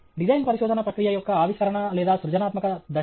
design పరిశోధన ప్రక్రియ యొక్క ఆవిష్కరణ సృజనాత్మక దశ